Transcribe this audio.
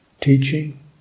teaching